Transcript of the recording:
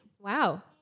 Wow